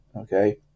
Okay